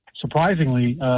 surprisingly –